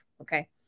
Okay